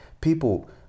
people